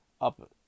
up